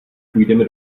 půjdeme